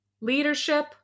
leadership